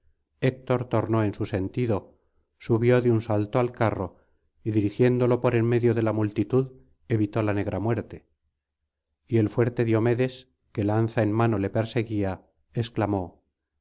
héctor tornó en su sentido subió de un salto al carro y dirigiéndolo por en medio de la multitud evitó la negra muerte y el fuerte diomedes que lanza en mano le perseguía exclamó